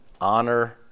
honor